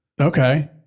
Okay